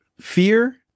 Fear